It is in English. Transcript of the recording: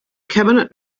cabinet